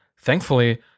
thankfully